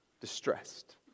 distressed